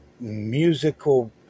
musical